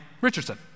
Richardson